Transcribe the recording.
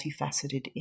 multifaceted